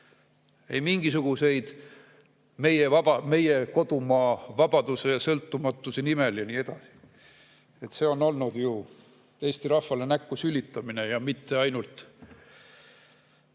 Ei mingisuguseid "meie kodumaa vabaduse ja sõltumatuse nimel" ja nii edasi. See on olnud ju eesti rahvale näkku sülitamine, ja mitte ainult